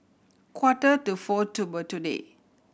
quarter to four to today